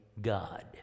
God